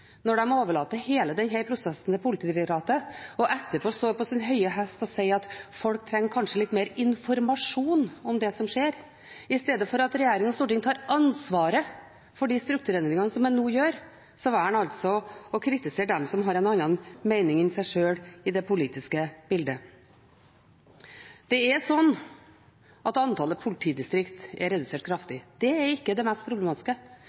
når de overlater hele denne prosessen til Politidirektoratet og etterpå sitter på sin høye hest og sier at folk kanskje trenger litt mer informasjon om det som skjer. Istedenfor at regjering og storting tar ansvaret for de strukturendringene som en nå gjør, velger en altså å kritisere de som har en annen mening enn en sjøl i det politiske bildet. Det er slik at antallet politidistrikt er redusert kraftig. Det er ikke det mest problematiske.